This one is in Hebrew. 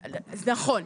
נכון.